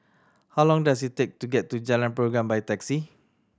how long does it take to get to Jalan Pergam by taxi